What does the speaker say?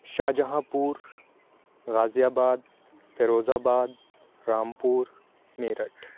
شاہجہاں پور Ghaziabad Firozabad Rampur Meerut